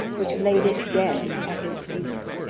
which laid it dead at his feet.